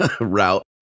route